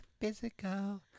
physical